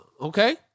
okay